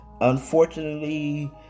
Unfortunately